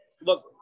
look